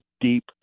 deep